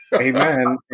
Amen